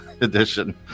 edition